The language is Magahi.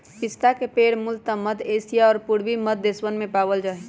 पिस्ता के पेड़ मूलतः मध्य एशिया और पूर्वी मध्य देशवन में पावल जा हई